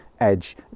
edge